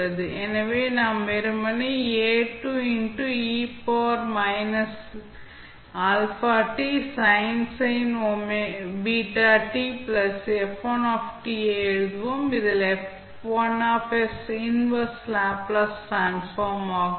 எனவேநாம் வெறுமனே ஐ எழுதுவோம் இது இன்வெர்ஸ் லேப்ளேஸ் டிரான்ஸ்ஃபார்ம் ஆகும்